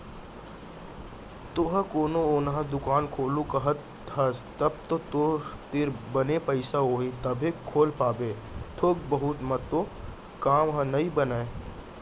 तेंहा कोनो ओन्हा दुकान खोलहूँ कहत हस तव तो तोर तीर बने पइसा होही तभे खोल पाबे थोक बहुत म तो काम ह नइ बनय